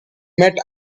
met